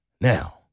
Now